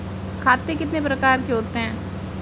खाते कितने प्रकार के होते हैं?